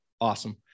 Awesome